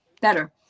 better